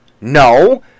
No